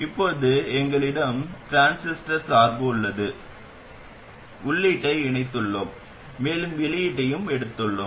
இப்போது எங்களிடம் டிரான்சிஸ்டர் சார்பு உள்ளது உள்ளீட்டை இணைத்துள்ளோம் மேலும் வெளியீட்டையும் எடுத்துள்ளோம்